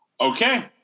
okay